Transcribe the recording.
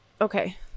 okay